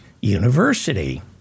University